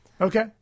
Okay